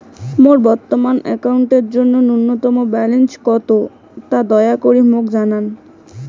মোর বর্তমান অ্যাকাউন্টের জন্য ন্যূনতম ব্যালেন্স কত তা দয়া করি মোক জানান